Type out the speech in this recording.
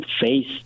face